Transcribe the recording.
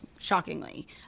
shockingly